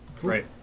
Great